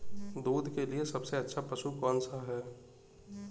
दूध के लिए सबसे अच्छा पशु कौनसा है?